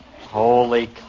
Holy